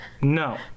No